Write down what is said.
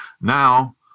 Now